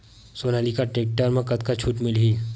Sonalika tractor म कतका छूट मिलही?